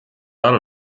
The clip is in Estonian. arv